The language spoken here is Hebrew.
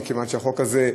מכיוון שהחוק הזה,